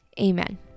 Amen